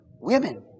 women